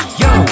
yo